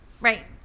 Right